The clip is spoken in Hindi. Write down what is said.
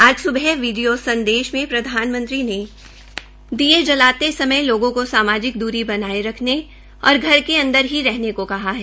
आज सुबह वीडिया संदेश में प्रधानमंत्री ने दीये जलाते समय लोगों को सामाजिक दूरी बनाये रखने और घर के अंदर ही रहने को कहा है